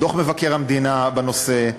על דוח מבקר המדינה בנושא,